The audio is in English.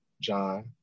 John